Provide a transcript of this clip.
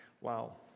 Wow